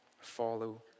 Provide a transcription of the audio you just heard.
follow